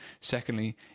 Secondly